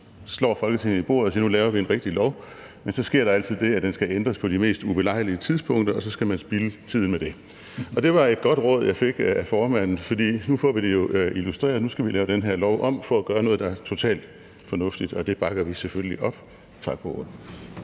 slår Folketinget i bordet og siger: Nu laver vi en rigtig lov, men så sker der altid det, at den skal ændres på de mest ubelejlige tidspunkter, og så skal man spilde tiden med det. Det var et godt råd, jeg fik af formanden, for nu får vi det jo illustreret. Nu skal vi lave den her lov om for at gøre noget, der er totalt fornuftigt, og det bakker vi selvfølgelig op. Tak for ordet.